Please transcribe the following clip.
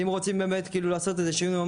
אם רוצים לעשות שינוי,